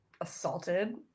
assaulted